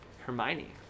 hermione